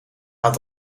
had